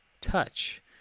touch